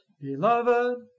Beloved